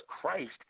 Christ